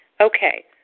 Okay